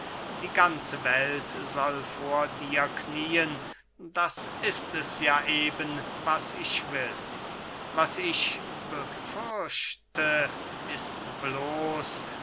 die ganze welt soll vor dir knieen das ist es ja eben was ich will was ich befürchte ist bloß